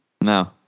No